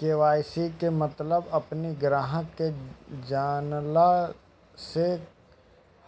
KYC के मतलब अपनी ग्राहक के जनला से